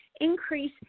increase